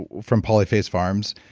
from polyface farms,